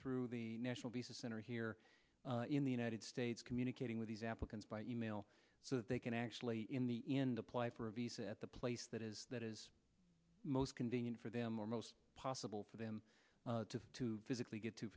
through the national visa center here in the united states communicating with these applicants by e mail so that they can actually in the end apply for a visa at the place that is that is most convenient for most possible for them to physically